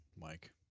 Mike